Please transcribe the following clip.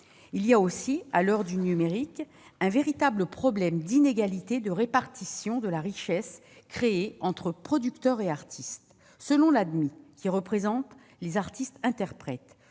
Il y a aussi, à l'heure du numérique, un véritable problème d'inégalité de répartition de la richesse créée entre producteurs et artistes. Selon l'Adami, la Société civile pour